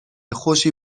خوشی